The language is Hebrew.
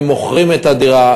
הם מוכרים את הדירה,